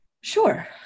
Sure